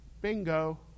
Bingo